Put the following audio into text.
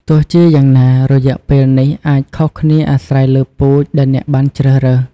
ទោះជាយ៉ាងណា រយៈពេលនេះអាចខុសគ្នាអាស្រ័យលើពូជដែលអ្នកបានជ្រើសរើស។